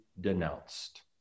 denounced